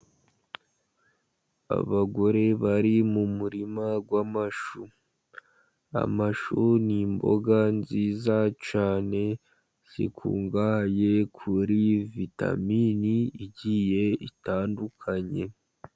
Abagore bari mu murima w'amashu. Amashu ni immboga nziza cyane, zikungahaye kuri vitaminini igiye itandukanye.